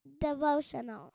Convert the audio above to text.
devotional